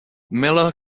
miller